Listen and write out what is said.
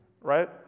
right